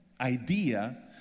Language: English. idea